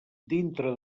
dintre